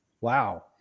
Wow